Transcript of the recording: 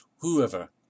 whoever